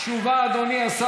התשע"ז 2016. תשובה בלבד,